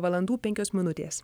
valandų penkios minutės